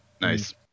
Nice